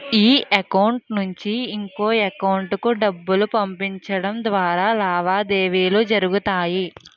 ఈ అకౌంట్ నుంచి ఇంకొక ఎకౌంటుకు డబ్బులు పంపించడం ద్వారా లావాదేవీలు జరుగుతాయి